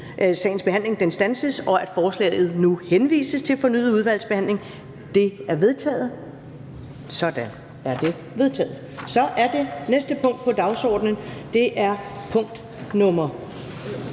sagens behandling standses, og at forslaget nu henvises til fornyet udvalgsbehandling, som vedtaget. Det er vedtaget. Det næste punkt på dagsordenen er punkt nr.